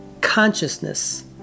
consciousness